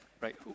right